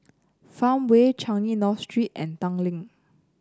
Farmway Changi North Street and Tanglin